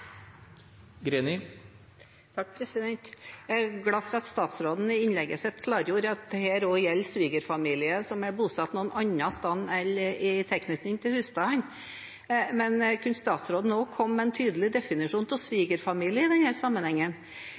glad for at statsråden i innlegget sitt klargjorde at dette også gjelder svigerfamilie som er bosatt et annet sted enn i tilknytning til husstanden. Men kan statsråden også komme med en tydelig definisjon av «svigerfamilie» i denne sammenhengen?